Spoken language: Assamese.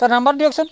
তাৰ নাম্বাৰটো দিয়কচোন